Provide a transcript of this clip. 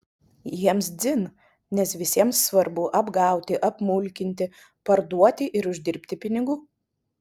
jiems dzin nes visiems svarbu apgauti apmulkinti parduoti ir uždirbti pinigų